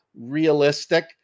realistic